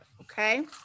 okay